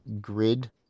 grid